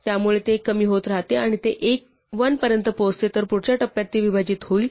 त्यामुळे ते कमी होत राहते आणि ते 1 पर्यंत पोहोचते तर पुढच्या टप्प्यात ते विभाजित होईल